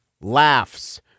Laughs